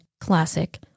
classic